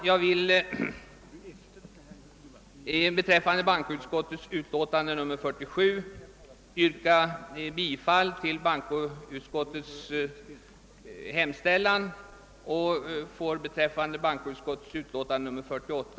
Jag yrkar bifall till bankoutskottets hemställan i dess utlåtande nr 47. Jag återkommer med yrkande beträffande bankoutskottets utlåtande nr 48.